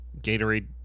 Gatorade